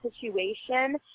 situation